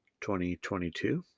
2022